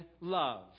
love